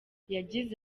yagize